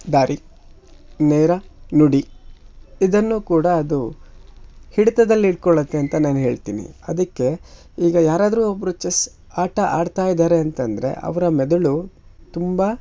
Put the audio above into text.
ದಾರಿ ನೇರ ನುಡಿ ಇದನ್ನು ಕೂಡ ಅದು ಹಿಡಿತದಲ್ಲಿ ಇಟ್ಟ್ಕೊಳ್ಳತ್ತೆ ಅಂತ ನಾನು ಹೇಳ್ತೀನಿ ಅದಕ್ಕೆ ಈಗ ಯಾರಾದರೂ ಒಬ್ಬರು ಚೆಸ್ ಆಟ ಆಡ್ತಾ ಇದ್ದಾರೆ ಅಂತ ಅಂದರೆ ಅವರ ಮೆದುಳು ತುಂಬ